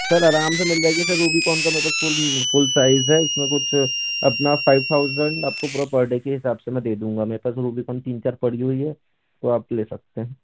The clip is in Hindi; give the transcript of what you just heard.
सर आराम से मिल जाएगी सर रुबिकौन का मेरे पास फ़ुल फ़ुल साइज़ है इसमें कुछ अपना फ़ाइव थाउज़ेंड आपको पूरा पर डे के हिसाब से मैं दे दूंगा मेरे पास तो रुबिकौन तीन चार पड़ी हुई हैं तो आप ले सकते हैं